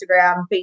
Instagram